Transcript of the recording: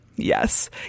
Yes